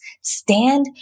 stand